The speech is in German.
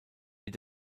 mit